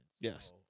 Yes